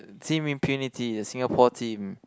the team Infinity the Singapore team